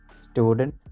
student